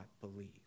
believe